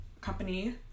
company